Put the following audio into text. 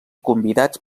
convidats